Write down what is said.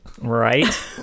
Right